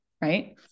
Right